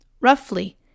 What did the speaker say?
Roughly